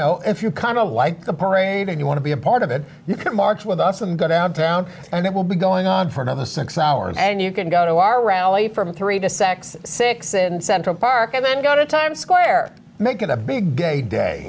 if you kind of like the parade and you want to be a part of it you can march with us i'm going to out of town and it will be going on for another six hours and you can go to our rally from three to six six in central park and then go to times square make it a big gay day